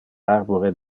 arbore